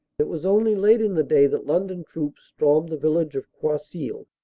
it was only late in the day that london troops stormed the village of croisilles.